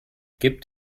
gibt